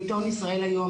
בעיתון ישראל היום,